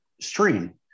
stream